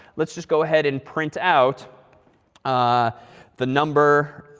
let's just go ahead and print out ah the number